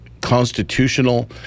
constitutional